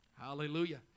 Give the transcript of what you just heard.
Hallelujah